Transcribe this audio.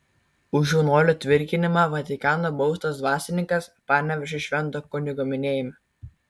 už jaunuolio tvirkinimą vatikano baustas dvasininkas panevėžiui švento kunigo minėjime